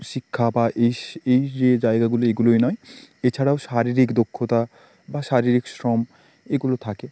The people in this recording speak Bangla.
শিক্ষা বা ইস এই যে জায়গাগুলি এগুলোই নয় এছাড়াও শারীরিক দক্ষতা বা শারীরিক শ্রম এগুলো থাকে